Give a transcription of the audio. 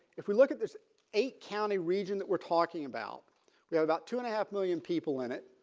if we look at this eight county region that we're talking about we have about two and a half million people in it.